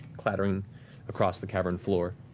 clattering across the cavern floor.